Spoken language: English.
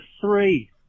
three